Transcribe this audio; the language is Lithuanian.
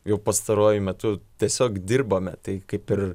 jau pastaruoju metu tiesiog dirbome tai kaip ir